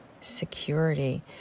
security